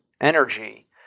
energy